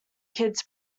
kids